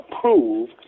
prove